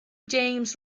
james